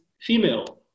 female